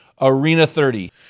ARENA30